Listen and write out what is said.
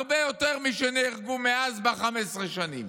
הרבה יותר משנהרגו מאז ב-15 שנים.